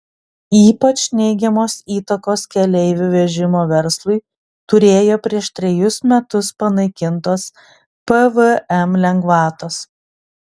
ypač neigiamos įtakos keleivių vežimo verslui turėjo prieš trejus metus panaikintos pvm lengvatos